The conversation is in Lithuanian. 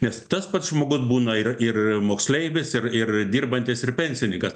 nes tas pats žmogus būna ir ir moksleivis ir ir dirbantis ir pensininkas